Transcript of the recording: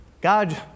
God